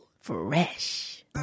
fresh